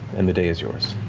and the day is yours.